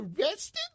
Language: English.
arrested